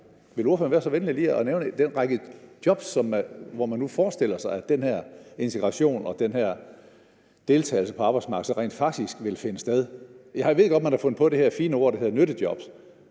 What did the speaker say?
Vil ordføreren være så venlig lige at nævne den række jobs, hvor man nu forestiller sig at den her integration og deltagelse på arbejdsmarkedet rent faktisk vil finde sted? Jeg ved godt, man har fundet på det her fine ord, der hedder nyttejobs,